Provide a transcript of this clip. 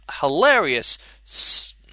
hilarious